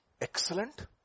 excellent